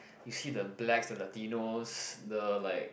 you see the blacks the Latinos the like